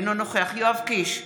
אינו נוכח יואב קיש,